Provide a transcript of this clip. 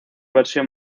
versión